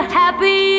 happy